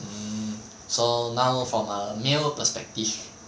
mm so now from a male perspective